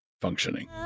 functioning